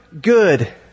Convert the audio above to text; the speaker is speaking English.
good